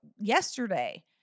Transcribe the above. yesterday